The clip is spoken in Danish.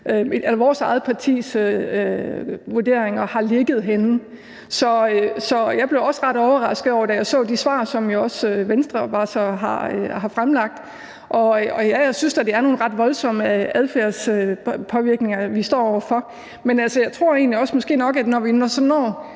hvor vores eget partis vurderinger har ligget henne. Så jeg blev også ret overrasket, da jeg så de svar, som Venstre jo så også har fremlagt. Og ja, jeg synes da, det er nogle ret voldsomme adfærdspåvirkninger, vi står over for, men jeg tror måske egentlig nok også, at vi, når vi så når